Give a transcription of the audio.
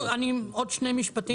עוד שני משפטים.